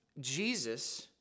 Jesus